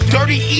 Dirty